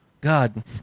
God